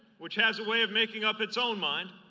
which has a way of making up its own mind,